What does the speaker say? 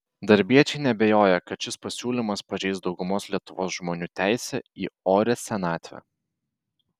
darbiečiai neabejoja kad šis pasiūlymas pažeis daugumos lietuvos žmonių teisę į orią senatvę